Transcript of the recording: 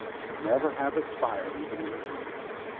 could never have aspired even in her dreams.